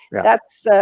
that's,